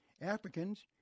Africans